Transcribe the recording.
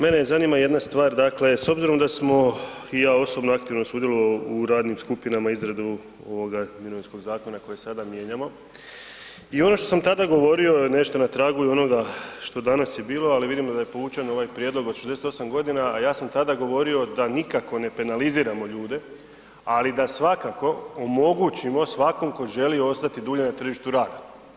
Mene zanima jedna stvar, dakle s obzirom da smo i ja osobno aktivno sudjelovao u radnim skupinama, izradu ovoga mirovinskog zakona koji sada mijenjamo i ono što sam tada govorio je nešto na tragu i onoga što danas je bilo ali vidimo da je povučen ovaj prijedlog od 68 godina a ja sam tada govorio da nikako ne penaliziramo ljude ali da svakako omogućimo svakom tko želi ostati dulje na tržištu rada.